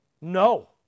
No